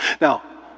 Now